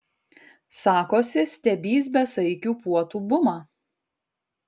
sakosi stebįs besaikių puotų bumą